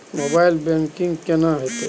Mobile banking केना हेते?